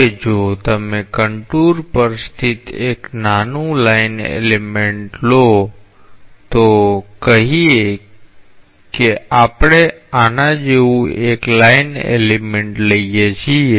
હવે જો તમે કન્ટુર પર સ્થિત એક નાનું લાઈન એલિમેન્ટ લો તો ચાલો કહીએ કે આપણે આના જેવું એક લાઈન એલિમેન્ટ લઈએ છીએ